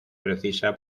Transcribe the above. precisa